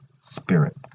Spirit